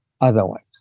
otherwise